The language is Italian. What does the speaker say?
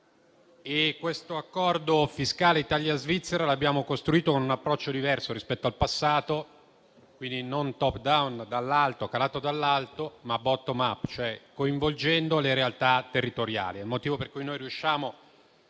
Questo Accordo fiscale fra Italia e Svizzera l'abbiamo costruito con un approccio diverso rispetto al passato, quindi non *top-down*, calato dall'alto, ma *bottom-up*, e cioè coinvolgendo le realtà territoriali.